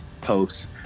posts